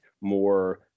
more